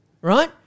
Right